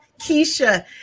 Keisha